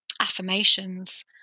affirmations